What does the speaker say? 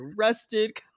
arrested